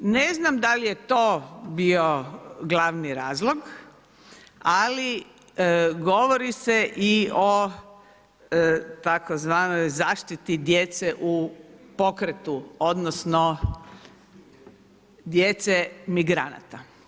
Ne znam da li je to bio glavni razlog ali govori se i o tzv. zaštiti djece u pokretu odnosno djece migranata.